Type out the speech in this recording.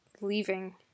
leaving